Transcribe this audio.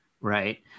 right